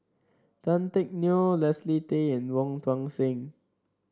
Tan Teck Neo Leslie Tay and Wong Tuang Seng